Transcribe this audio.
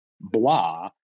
blah